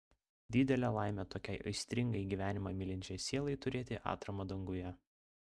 didelė laimė tokiai aistringai gyvenimą mylinčiai sielai turėti atramą danguje